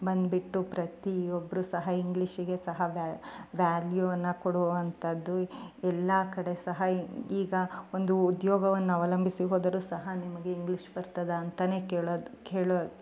ಬಂದ್ಬಿಟ್ಟು ಪ್ರತಿಯೊಬ್ಬರು ಸಹ ಇಂಗ್ಲೀಷಿಗೆ ಸಹ ವ್ಯ ವ್ಯಾಲ್ಯೂ ಅನ್ನು ಕೊಡುವಂಥದ್ದು ಎಲ್ಲ ಕಡೆ ಸಹ ಈಗ ಒಂದು ಉದ್ಯೋಗವನ್ನು ಅವಲಂಬಿಸಿ ಹೋದರು ಸಹ ನಿಮಗೆ ಇಂಗ್ಲೀಷ್ ಬರ್ತದ ಅಂತಾ ಕೇಳೋದು ಕೇಳೊ